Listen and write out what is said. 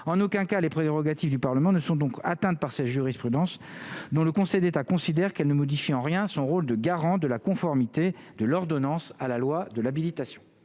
en aucun cas les prérogatives du Parlement ne sont donc atteinte par cette jurisprudence dont le Conseil d'État considère qu'elle ne modifie en rien son rôle de garant de la conformité de l'ordonnance à la loi de l'habilitation